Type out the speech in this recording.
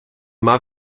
мав